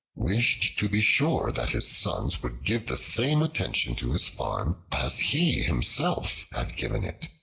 wished to be sure that his sons would give the same attention to his farm as he himself had given it.